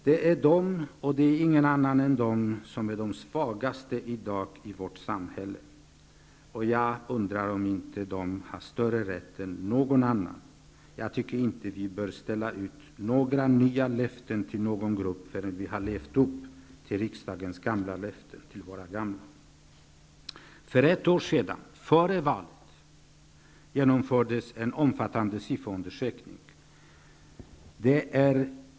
Det är de, och inga andra än de, som är de svagaste i dag i vårt samhälle. Jag undrar om inte de har större rätt än någon annan. Jag tycker inte att vi bör ställa ut några nya löften till någon grupp förrän vi har levt upp till riksdagens gamla löften till våra gamla. För ett år sedan, före valet, genomfördes en omfattande SIFO-undersökning.